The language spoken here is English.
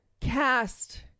cast